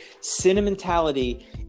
sentimentality